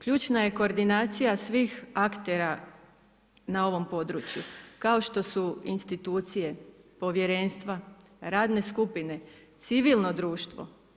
Ključna je koordinacija svih aktera na ovom području kao što su institucije, povjerenstva, radne skupine, civilno društvo.